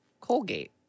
Colgate